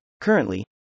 currently